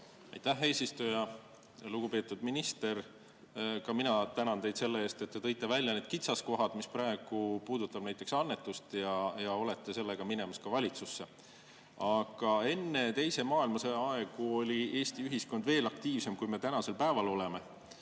Aitäh, eesistuja! Lugupeetud minister! Ka mina tänan teid selle eest, et te tõite välja need kitsaskohad, mis puudutab näiteks annetust, ja olete selle teemaga minemas ka valitsusse. Aga enne teise maailmasõja aegu oli Eesti ühiskond veel aktiivsem, kui me tänapäeval oleme.